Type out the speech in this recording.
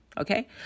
Okay